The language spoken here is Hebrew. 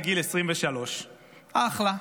לגיל 23. אחלה.